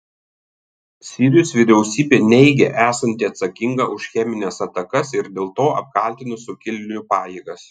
sirijos vyriausybė neigia esanti atsakinga už chemines atakas ir dėl to apkaltino sukilėlių pajėgas